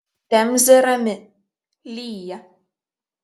temzė rami lyja